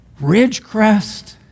Ridgecrest